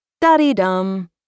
daddy-dum